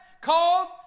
called